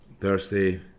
Thursday